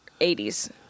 80s